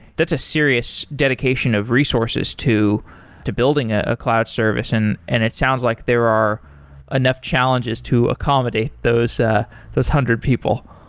that's a serious dedication of resources to to building a cloud service and and it sounds like there are enough challenges to accommodate those ah those hundred people.